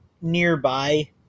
nearby